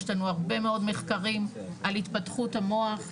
יש לנו הרבה מאוד מחקרים על התפתחות המוח,